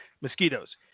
Mosquitoes